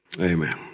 Amen